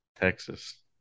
Texas